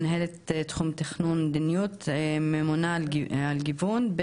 מנהלת תחום תכנון מדיניות וממונה על גיוון.